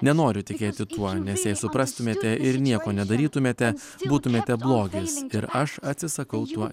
nenoriu tikėti tuo nes jei suprastumėte ir nieko nedarytumėte būtumėte blogis ir aš atsisakau tuo